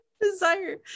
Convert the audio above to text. desire